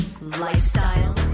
lifestyle